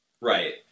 Right